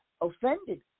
offended